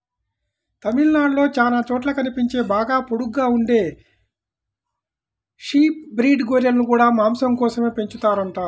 తమిళనాడులో చానా చోట్ల కనిపించే బాగా పొడుగ్గా ఉండే షీప్ బ్రీడ్ గొర్రెలను గూడా మాసం కోసమే పెంచుతారంట